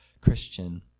Christian